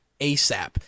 ASAP